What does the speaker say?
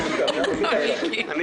אני